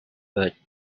but